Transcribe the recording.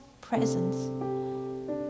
presence